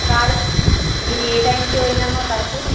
కాదు నీది ఏ టైమ్కి పోయిందమ్మ పర్స్